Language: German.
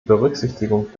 berücksichtigung